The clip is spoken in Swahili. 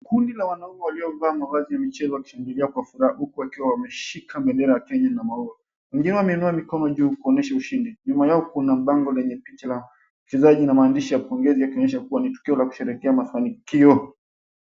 Kundi la wanaume waliovaa mavazi ya michezo wakishangilia kwa furaha huku wakiwa wameshika bendera ya Kenya na Maua. Wengine wameinua mikono juu kuonyesha ushindi. Nyuma yao kuna bango lenye picha la wachezaji na maandishi ya pongezi, yakionyesha kua ni tukio la kusherekea mafanikio.